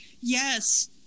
Yes